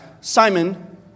Simon